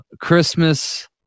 christmas